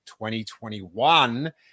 2021